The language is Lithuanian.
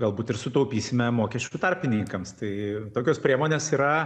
galbūt ir sutaupysime mokesčių tarpininkams tai tokios priemonės yra